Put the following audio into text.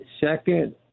second